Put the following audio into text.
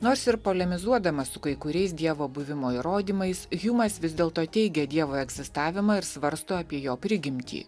nors ir polemizuodamas su kai kuriais dievo buvimo įrodymais hjumas vis dėlto teigia dievo egzistavimą ir svarsto apie jo prigimtį